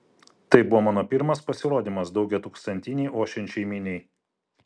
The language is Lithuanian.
tai buvo mano pirmas pasirodymas daugiatūkstantinei ošiančiai miniai